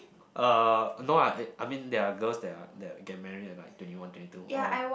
uh no lah I I mean there are girls that are that get married at like twenty one twenty two or